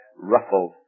Ruffled